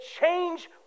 change